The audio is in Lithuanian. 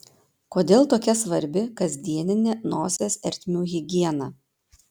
kodėl tokia svarbi kasdieninė nosies ertmių higiena